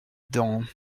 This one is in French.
dents